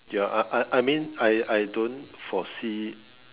ya I I I mean I I don't foresee